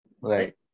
Right